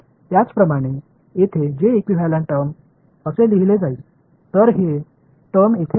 त्याचप्रमाणे येथे j equivalent term असे लिहिले जाईल तर ही टर्म इथे आहे